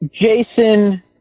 Jason